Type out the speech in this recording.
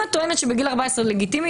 אם את טוענת שבגיל 14 לגיטימי,